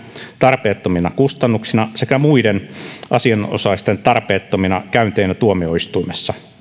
tarpeettomina kustannuksina sekä muiden asianosaisten tarpeettomina käynteinä tuomioistuimessa